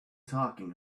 talking